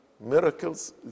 miracles